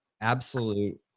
absolute